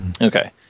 Okay